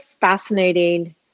fascinating